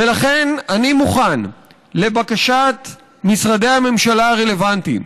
ולכן אני מוכן, לבקשת משרדי הממשלה הרלוונטיים,